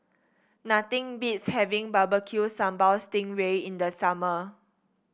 nothing beats having Barbecue Sambal Sting Ray in the summer